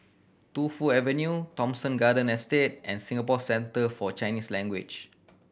Tu Fu Avenue Thomson Garden Estate and Singapore Centre For Chinese Language